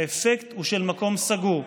והאפקט הוא של מקום סגור.